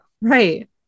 right